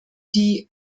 dee